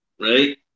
Right